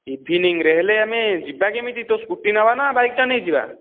ଇଭିନିଙ୍ଗ୍ରେ ହେଲେ ଆମେ ଯିବା କେମିତି ତୋ ସ୍କୁଟି ନେବା ନା ମୋ ବାଇକ୍ଟା ନେଇଯିବା